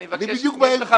אני בדיוק באמצע.